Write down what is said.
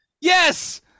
Yes